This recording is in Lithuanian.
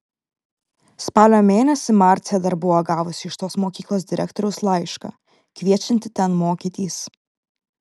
spalio mėnesį marcė dar buvo gavusi iš tos mokyklos direktoriaus laišką kviečiantį ten mokytis